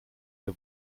ihr